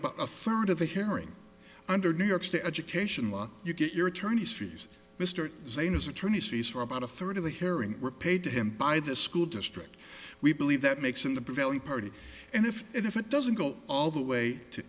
about a third of the herring under new york state education law you get your attorney's fees mr zane his attorney's fees for about a third of the hearing were paid to him by the school district we believe that makes in the prevailing party and if it if it doesn't go all the way to